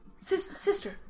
Sister